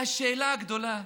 והשאלה הגדולה: